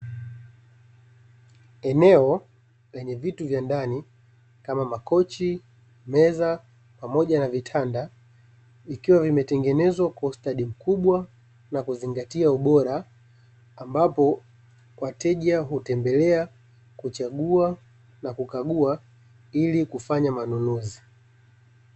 Eneo lenye vitu vya ndani kama makochi, meza, pamoja na vitanda, ikiwa vimetengenezwa kwa ustadi mkubwa, na kuzingatia ubora ambapo wateja hutembelea kuchagua, na kukagua ili kufanya manunuzi.